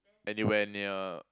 anywhere near